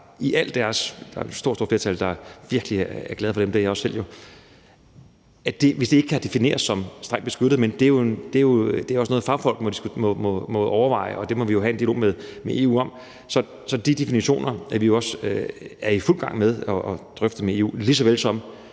meget stort flertal, der virkelig er glade for dem, og det er jeg jo også selv – ikke kunne defineres som strengt beskyttet. Men det er også noget, fagfolk må overveje, og det må vi jo have en dialog med EU om. Så de definitioner er vi også i fuld gang med at drøfte med EU. Det samme